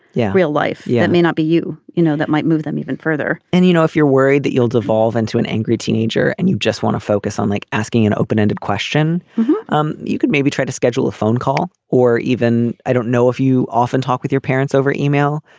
yeah real life. yeah it may not be you you know that might move them even further and you know if you're worried that you'll devolve into an angry teenager and you just want to focus on like asking an open ended question um you could maybe try to schedule a phone call or even. i don't know if you often talk with your parents over email.